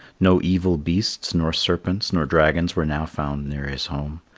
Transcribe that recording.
no evil beasts nor serpents nor dragons were now found near his home,